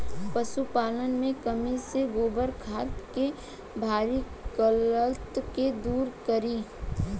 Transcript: पशुपालन मे कमी से गोबर खाद के भारी किल्लत के दुरी करी?